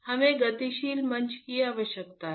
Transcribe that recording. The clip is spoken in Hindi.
हमें गतिशील मंच की आवश्यकता है